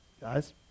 Guys